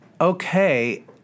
okay